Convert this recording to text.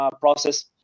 process